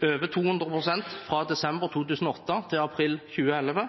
over 200 pst. fra desember 2008 til april 2011,